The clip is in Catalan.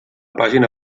pàgina